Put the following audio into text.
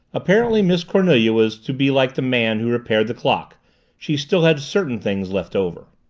apparently miss cornelia was to be like the man who repaired the clock she still had certain things left over.